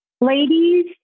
ladies